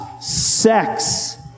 sex